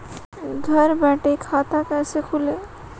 घर बैठे खाता कैसे खोलें?